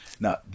Now